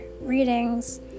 readings